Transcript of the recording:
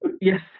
Yes